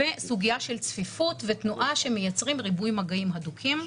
וסוגיה של צפיפות ותנועה שמייצרים ריבוי מגעים הדוקים.